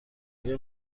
آیا